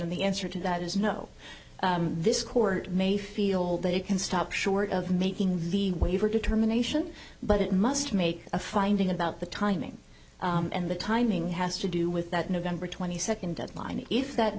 and the answer to that is no this court may feel they can stop short of making the waiver determination but it must make a finding about the timing and the timing has to do with that november twenty second deadline if that